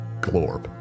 Glorb